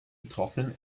betroffenen